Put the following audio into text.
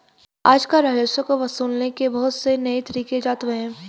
आजकल राजस्व को वसूलने के बहुत से नये तरीक इजात हुए हैं